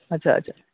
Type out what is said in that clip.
ଆଚ୍ଛା ଆଚ୍ଛା